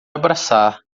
abraçar